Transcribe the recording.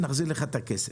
יחזירו את הכסף.